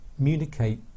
communicate